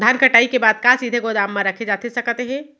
धान कटाई के बाद का सीधे गोदाम मा रखे जाथे सकत हे?